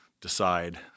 decide